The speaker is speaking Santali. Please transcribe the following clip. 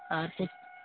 ᱟᱪᱷᱟ